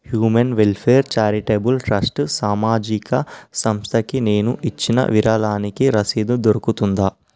human welfare charitable trust సామాజిక సంస్థకి నేను ఇచ్చిన విరాళానికి రసీదు దొరుకుతుందా